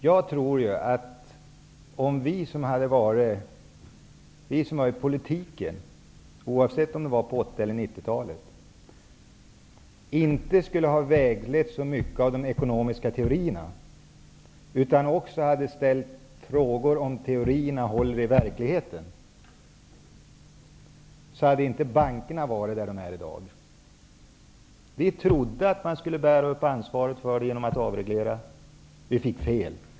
Jag tror att om vi som har varit politiker på 80-talet och på 90 talet inte hade vägletts så mycket av de ekonomiska teorierna utan också hade ställt frågor om ifall teorierna håller i verkligheten, hade inte bankerna varit där de är i dag. Vi trodde att man skulle bära upp ansvaret genom att avreglera. Vi fick fel.